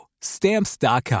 Stamps.com